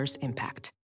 impact